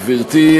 גברתי,